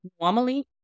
normally